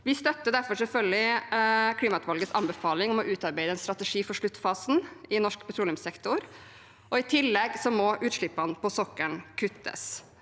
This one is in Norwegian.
Vi støtter derfor selvfølgelig klimautvalgets anbefaling om å utarbeide en strategi for sluttfasen i norsk petroleumssektor. I tillegg må utslippene på sokkelen kuttes.